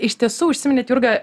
iš tiesų užsiminėt jurga